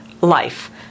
life